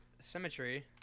symmetry